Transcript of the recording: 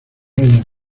reyes